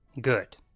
good